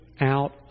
out